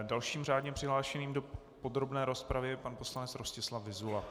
Dalším řádně přihlášeným do podrobné rozpravy je pan poslanec Rostislav Vyzula.